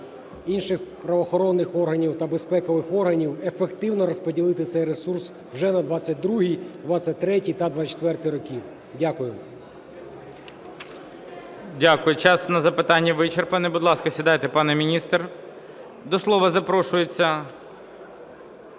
інших правоохоронних органів та безпекових органів - ефективно розподілити цей ресурс вже на 2022, 2023 та 2024-й роки. Дякую. ГОЛОВУЮЧИЙ. Дякую. Час на запитання вичерпаний. Будь ласка, сідайте, пане міністр. До слова запрошується